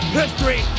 history